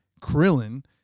Krillin